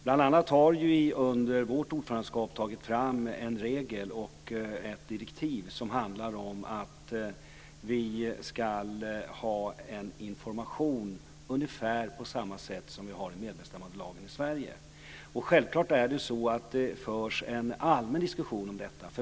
Bl.a. har vi under vårt ordförandeskap tagit fram en regel och ett direktiv som handlar om att vi ska ha en information ungefär på samma sätt som vi har i medbestämmandelagen i Självfallet förs det en allmän diskussion om detta.